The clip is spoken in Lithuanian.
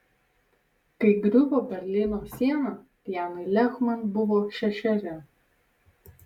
kai griuvo berlyno siena dianai lehman buvo šešeri